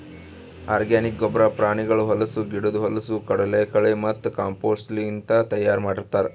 organic ಗೊಬ್ಬರ ಪ್ರಾಣಿಗಳ ಹೊಲಸು, ಗಿಡುದ್ ಹೊಲಸು, ಕಡಲಕಳೆ ಮತ್ತ ಕಾಂಪೋಸ್ಟ್ಲಿಂತ್ ತೈಯಾರ್ ಮಾಡ್ತರ್